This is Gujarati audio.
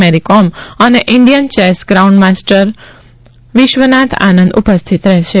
મેરીકોમ અને Indian chess grandmaster Vishwanath Anand ઉપસ્થિત રહેશે